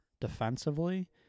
defensively